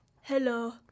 Hello